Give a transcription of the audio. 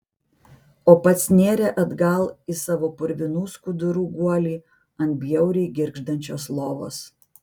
o pats nėrė atgal į savo purvinų skudurų guolį ant bjauriai girgždančios lovos